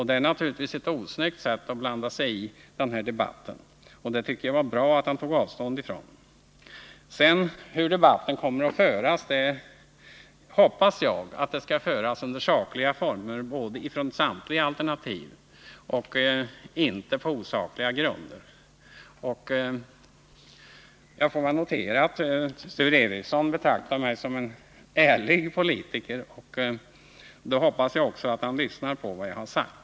Det är naturligtvis ett osnyggt sätt att blanda sig i den här debatten, och jag tycker att det var bra att han tog avstånd från det. Sedan undrade Sture Ericson hur debatten kommer att föras. Jag hoppas att den kommer att föras i sakliga former från samtliga alternativ och inte på osakliga grunder. Jag får väl notera att Sture Ericson betraktar mig som en ärlig politiker. Då hoppas jag också att han lyssnat på vad jag har sagt.